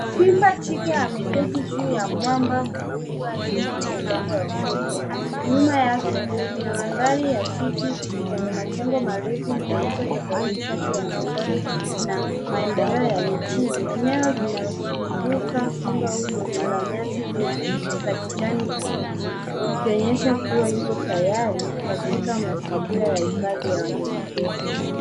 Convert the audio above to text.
Simba jike ameketi juu ya mwamba mkubwa akitazama upande wa kushoto. Nyuma yake kuna mandhari ya jiji yenye majengo marefu ikionyesha tofauti kati ya na maendeleo ya mjini. Eneo linalozunguka simba huyo ni la nyasi ndefu za kijani kibichi ikionyesha kuwa yuko tayari katika mazingira ya wanyama pori.